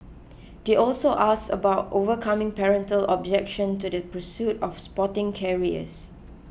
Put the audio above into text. they also asked about overcoming parental objection to the pursuit of sporting careers